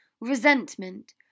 resentment